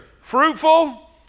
fruitful